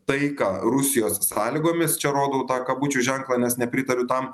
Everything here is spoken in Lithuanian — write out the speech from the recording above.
taiką rusijos sąlygomis čia rodau tą kabučių ženklą nes nepritariu tam